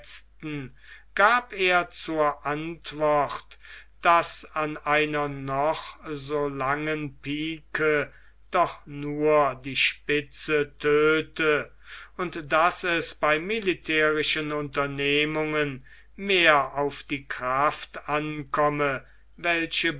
gab er zur antwort daß an einer noch so langen pike doch nur die spitze tödte und daß es bei militärischen unternehmungen mehr auf die kraft ankomme welche